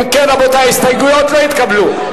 אם כן, רבותי, ההסתייגויות לא התקבלו.